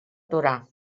torà